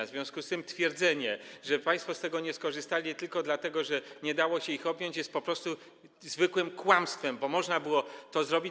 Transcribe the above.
W związku z tym twierdzenie, że państwo z tego nie skorzystali tylko dlatego, że nie dało się ich objąć, jest po prostu zwykłym kłamstwem, bo można było to zrobić.